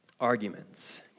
arguments